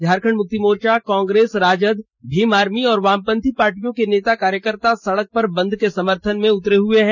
Jhamumo Congress RJD Bhim army और वामपंथी पार्टियों के नेता कार्यकर्ता सड़क पर बंद के समर्थन में उतर्र हुए है